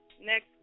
Next